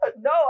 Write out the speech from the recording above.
No